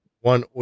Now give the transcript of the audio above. one